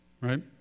right